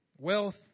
wealth